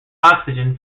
oxygen